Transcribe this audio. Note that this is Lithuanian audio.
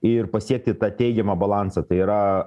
ir pasiekti tą teigiamą balansą tai yra